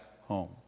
home